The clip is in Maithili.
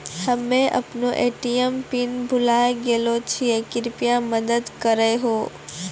हम्मे अपनो ए.टी.एम पिन भुलाय गेलो छियै, कृपया मदत करहो